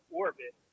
orbit